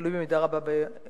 וזה תלוי במידה רבה ברשויות.